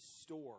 store